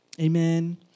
Amen